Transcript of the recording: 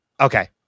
Okay